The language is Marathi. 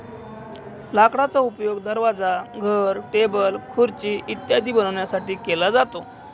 लाकडाचा उपयोग दरवाजा, घर, टेबल, खुर्ची इत्यादी बनवण्यासाठी केला जातो